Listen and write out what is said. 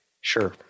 Sure